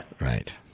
Right